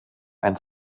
ein